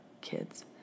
kids